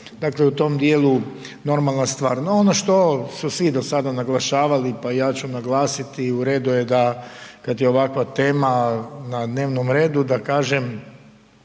Dakle, u tom djelu normalna stvar. No ono što su svi do sada naglašavali pa i ja ću naglasiti, u redu je da kad je ovakva tema na dnevnom redu, da kažem